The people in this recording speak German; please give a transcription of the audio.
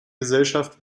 gesellschaft